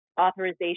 authorization